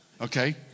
Okay